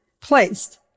placed